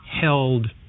held